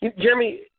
Jeremy